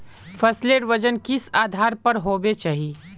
फसलेर वजन किस आधार पर होबे चही?